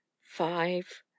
Five